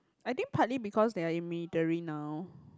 I think partly because they're in military now